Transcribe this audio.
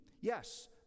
Yes